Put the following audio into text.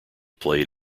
played